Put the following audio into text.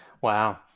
Wow